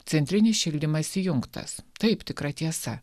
centrinis šildymas įjungtas taip tikra tiesa